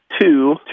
two